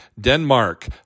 Denmark